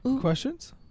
questions